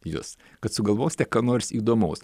jus kad sugalvosite ką nors įdomaus